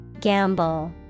Gamble